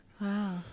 Wow